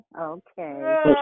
Okay